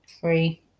three